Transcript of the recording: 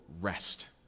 rest